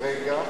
רגע